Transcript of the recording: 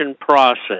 process